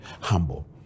humble